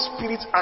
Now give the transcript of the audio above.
Spirit